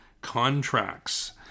contracts